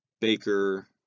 Baker